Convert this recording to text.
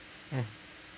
mm